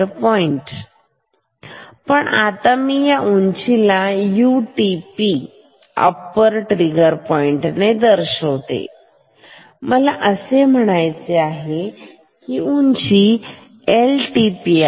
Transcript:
पण आता मी या उंचीला यु टी पी असे दर्शवितो मला असे म्हणायचे आहे की उंची LTP आहे